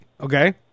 Okay